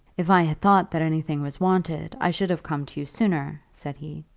if i had thought that anything was wanted, i should have come to you sooner, said he.